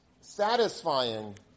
satisfying